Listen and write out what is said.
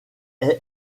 est